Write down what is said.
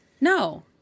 No